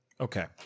Okay